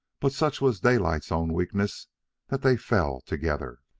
but such was daylight's own weakness that they fell together.